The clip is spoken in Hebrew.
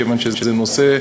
כיוון שזה נושא,